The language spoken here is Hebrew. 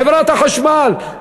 חברת החשמל,